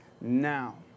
now